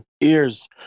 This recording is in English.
Ears